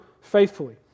faithfully